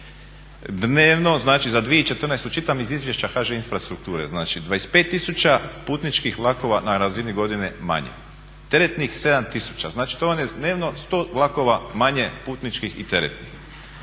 Dnevno znači za 2014., čitam iz izvješća HŽ Infrastrukture, znači 25 tisuća putničkih vlakova na razini godine manje. Teretnih 7 tisuća, znači to vam je dnevno 100 vlakova manje putničkih i teretnih.